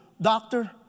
doctor